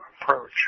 approach